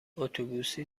اتوبوسی